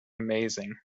amazing